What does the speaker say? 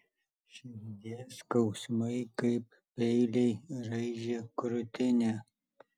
širdies skausmai kaip peiliai raižė krūtinę